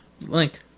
link